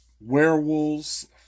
werewolves